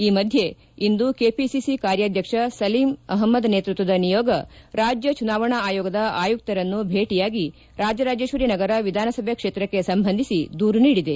ಈ ಮಧ್ಯೆ ಇಂದು ಕೆಪಿಸಿ ಕಾರ್ಯಾಧ್ಯಕ್ಷ ಸಲೀಂ ಅಷ್ಟದ್ ನೇತೃತ್ವದ ನಿಯೋಗ ರಾಜ್ಯ ಚುನಾವಣಾ ಆಯೋಗದ ಆಯುತ್ತರನ್ನು ಭೇಟಿಯಾಗಿ ರಾಜರಾಜೇಶ್ವರಿನಗರ ವಿಧಾನಸಭೆ ಕ್ಷೇತ್ರಕ್ಕೆ ಸಂಬಂಧಿಸಿ ದೂರು ನೀಡಿದೆ